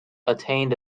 attained